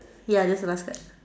ya that's the last step